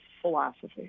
philosophy